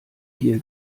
hier